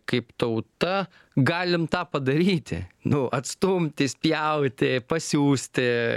kaip tauta galim tą padaryti nu atstumti spjauti pasiųsti